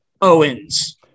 owens